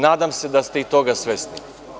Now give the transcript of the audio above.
Nadam se da ste i toga svesni.